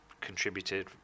contributed